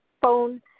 phone